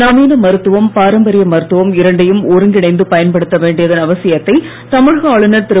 நவீன மருத்துவம் பாரம்பரிய மருத்துவம் இரண்டையும் ஒருங்கிணைந்து பயன்படுத்த வேண்டியதன் அவசியத்தை தமிழக ஆளுனர் திரு